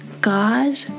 God